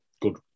good